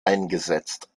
eingesetzt